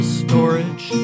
storage